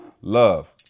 Love